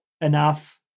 enough